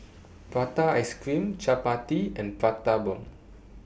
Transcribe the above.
Prata Ice Cream Chappati and Prata Bomb